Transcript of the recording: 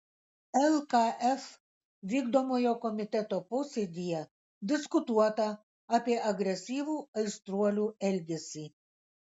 lkf vykdomojo komiteto posėdyje diskutuota apie agresyvų aistruolių elgesį